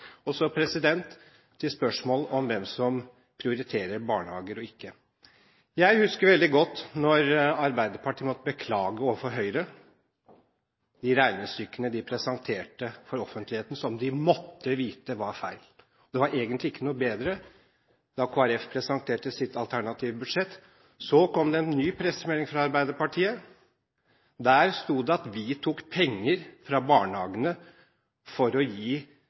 spørsmålene. Så til spørsmålet om hvem som prioriterer barnehager eller ikke: Jeg husker veldig godt da Arbeiderpartiet måtte beklage overfor Høyre de regnestykkene de presenterte for offentligheten, som de måtte vite var feil. Det var egentlig ikke noe bedre da Kristelig Folkeparti presenterte sitt alternative budsjett. Så kom det en ny pressemelding fra Arbeiderpartiet. Der sto det at vi tok penger fra barnehagene for å gi